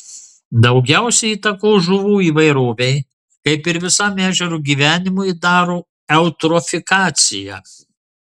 daugiausiai įtakos žuvų įvairovei kaip ir visam ežero gyvenimui daro eutrofikacija